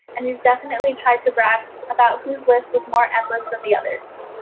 and we've definitely tried to brag about whose list was more endless than the other's.